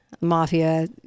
mafia